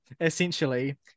essentially